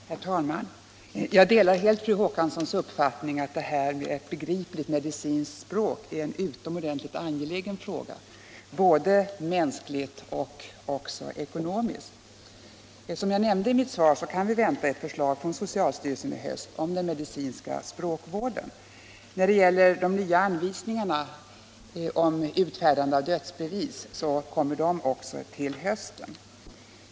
Herr talman! Jag delar helt fru Håkanssons uppfattning att ett begripligt medicinskt språk är en utomordentligt angelägen fråga både mänskligt och ekonomiskt. Som jag nämnde i mitt svar kan vi vänta ett förslag från socialstyrelsen om den medicinska språkvården. Också de nya anvisningarna om utfärdande av dödsbevis väntas komma till hösten.